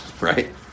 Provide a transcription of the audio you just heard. right